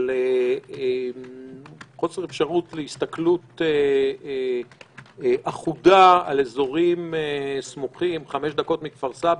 על חוסר אפשרות להסתכלות אחודה על אזורים סמוכים חמש דקות מכפר סבא,